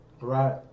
right